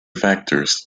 factors